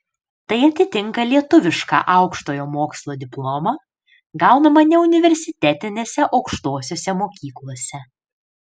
tai atitinka lietuvišką aukštojo mokslo diplomą gaunamą neuniversitetinėse aukštosiose mokyklose